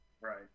Right